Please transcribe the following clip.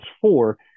four